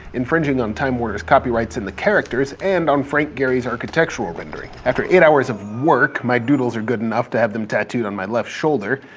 infringing on time warner's copyrights on and the characters and on frank gehry's architectural rendering. after eight hours of work, my doodles are good enough to have them tattooed on my left shoulder.